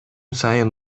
сайын